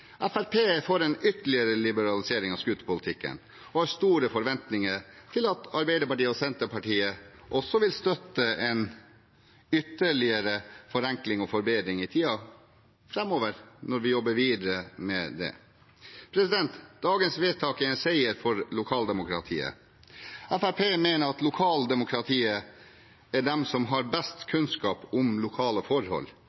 er for en ytterligere liberalisering av scooterpolitikken og har store forventninger til at Arbeiderpartiet og Senterpartiet også vil støtte en ytterligere forenkling og forbedring i tiden framover når vi jobber videre med dette. Dagens vedtak er en seier for lokaldemokratiet. Fremskrittspartiet mener at i et lokaldemokrati er det de som har best